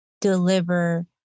deliver